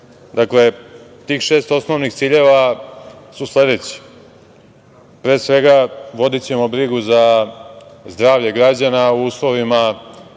tih šest osnovnih ciljeva su sledeći. Pre svega, vodićemo brigu za zdravlje građana u uslovima